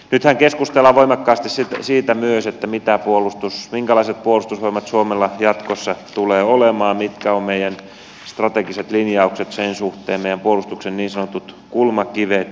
nythän keskustellaan voimakkaasti siitä myös minkälaiset puolustusvoimat suomella jatkossa tulee olemaan mitkä ovat meidän strategiset linjaukset sen suhteen meidän puolustuksen niin sanotut kulmakivet